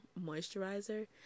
moisturizer